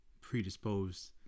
predisposed